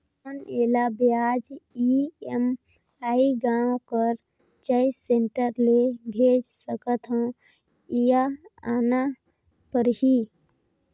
कौन एला ब्याज ई.एम.आई गांव कर चॉइस सेंटर ले भेज सकथव या आना परही?